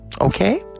okay